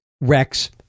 Rex